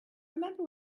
remember